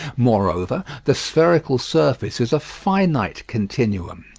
moreover, the spherical surface is a finite continuum.